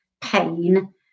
pain